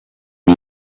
new